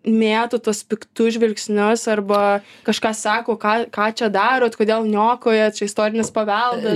mėto tuos piktus žvilgsnius arba kažką sako ką ką čia darot kodėl niokojat čia istorinis paveldas